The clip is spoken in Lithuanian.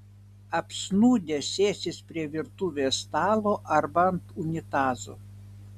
apsnūdę sėsis prie virtuvės stalo arba ant unitazo